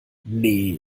nee